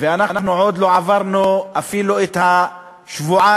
ואנחנו עוד לא עברנו אפילו את השבועיים,